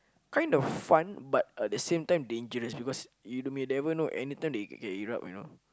kind of fun but at the same time dangerous because you may never know anytime they can erupt you know